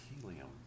helium